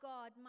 God